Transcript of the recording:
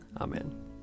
Amen